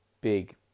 big